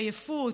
עייפות,